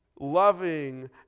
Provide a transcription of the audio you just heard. loving